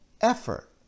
effort